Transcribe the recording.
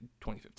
2015